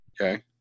Okay